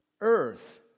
Earth